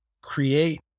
create